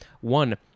one